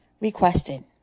requested